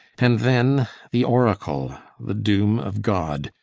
and then the oracle, the doom of god,